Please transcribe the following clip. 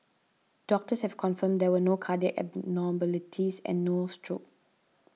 doctors have confirmed there were no cardiac abnormalities and no stroke